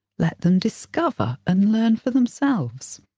let them discover and learn for themselves.